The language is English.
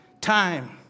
time